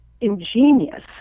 ingenious